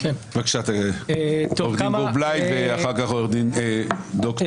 בבקשה, עו"ד גור בליי, ואחר כך ד"ר גיל לימון.